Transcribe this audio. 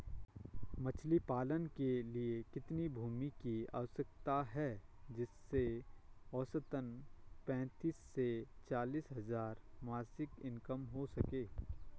मछली पालन के लिए कितनी भूमि की आवश्यकता है जिससे औसतन पैंतीस से चालीस हज़ार मासिक इनकम हो सके?